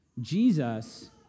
Jesus